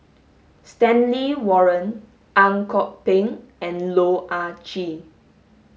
Stanley Warren Ang Kok Peng and Loh Ah Chee